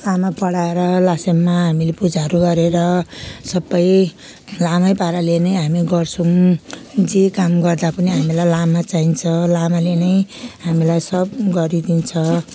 लामा पढाएर लासेममा हामीले पूजाहरू गरेर सबै लामै पाराले नै हामी गर्छौँ जे काम गर्दा पनि हामीलाई लामा चाहिन्छ लामाले नै हामीलाई सब गरिदिन्छ